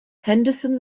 henderson